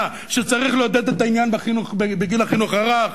שמה, שצריך לעודד את העניין בגיל החינוך הרך?